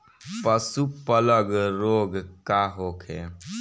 पशु प्लग रोग का होखे?